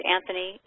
Anthony